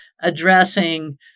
addressing